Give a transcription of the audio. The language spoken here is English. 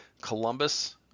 Columbus